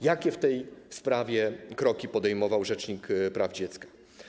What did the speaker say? Jakie w tej sprawie kroki podejmował rzecznik praw dziecka?